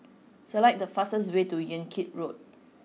select the fastest way to Yan Kit Road